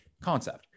concept